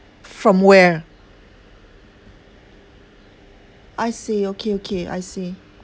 from where I see okay okay I see